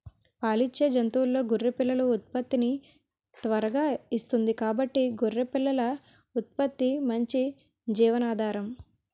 పాలిచ్చే జంతువుల్లో గొర్రె పిల్లలు ఉత్పత్తిని త్వరగా ఇస్తుంది కాబట్టి గొర్రె పిల్లల ఉత్పత్తి మంచి జీవనాధారం